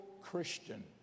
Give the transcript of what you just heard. Christian